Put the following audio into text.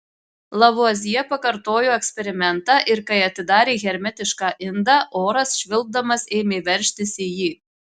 lavuazjė pakartojo eksperimentą ir kai atidarė hermetišką indą oras švilpdamas ėmė veržtis į jį